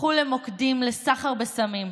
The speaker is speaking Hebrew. הפכו למוקדים לסחר בסמים,